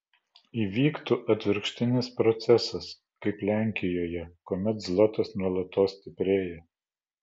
įvyktų atvirkštinis procesas kaip lenkijoje kuomet zlotas nuolatos stiprėja